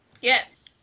Yes